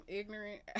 ignorant